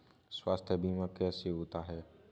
स्वास्थ्य बीमा कैसे होता है?